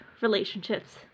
relationships